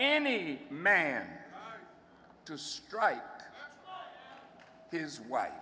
any man to strike his wife